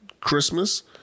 Christmas